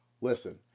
Listen